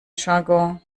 jargon